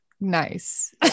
nice